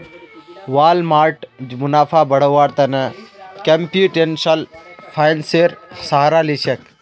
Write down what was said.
Walmart मुनाफा बढ़व्वार त न कंप्यूटेशनल फाइनेंसेर सहारा ली छेक